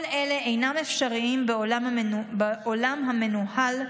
כל אלה אינם אפשריים בעולם המנוהל,